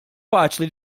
faċli